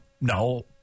No